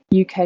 UK